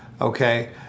okay